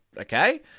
okay